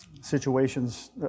situations